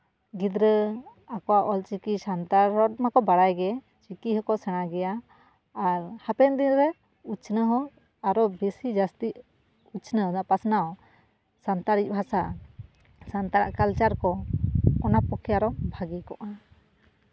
ᱜᱤᱫᱽᱨᱟᱹ ᱟᱠᱚᱣᱟᱜ ᱚᱞᱪᱤᱠᱤ ᱥᱟᱱᱛᱟᱲ ᱨᱚᱲ ᱢᱟᱠᱚ ᱵᱟᱲᱟᱭ ᱜᱮ ᱪᱤᱠᱤ ᱦᱚᱸᱠᱚ ᱥᱮᱬᱟ ᱜᱮᱭᱟ ᱟᱨ ᱦᱟᱯᱮᱱ ᱫᱤᱱᱨᱮ ᱩᱪᱱᱟᱹᱣ ᱦᱚᱸ ᱟᱨᱚ ᱵᱮᱥᱤ ᱡᱟᱹᱥᱛᱤᱜ ᱩᱪᱷᱱᱟᱹᱣ ᱮᱱᱟ ᱯᱟᱥᱱᱟᱣ ᱥᱟᱱᱛᱟᱲᱤ ᱵᱷᱟᱥᱟ ᱥᱟᱱᱛᱟᱲᱟᱜ ᱠᱟᱞᱪᱟᱨ ᱠᱚ ᱚᱱᱟ ᱯᱚᱠᱠᱷᱮ ᱟᱨᱚ ᱵᱷᱟᱹᱜᱤ ᱠᱚᱜᱼᱟ